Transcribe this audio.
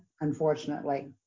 unfortunately